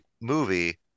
movie